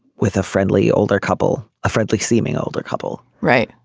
with a friendly older couple a friendly seeming older couple right.